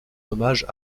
hommage